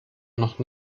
noch